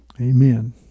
Amen